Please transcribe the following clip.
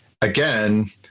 again